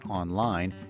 online